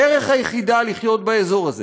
הדרך היחידה לחיות באזור הזה